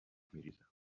میریزم